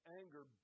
anger